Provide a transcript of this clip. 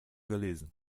gelesen